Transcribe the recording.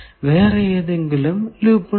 വേറെ ഏതെങ്കിലും ലൂപ്പ് ഉണ്ടോ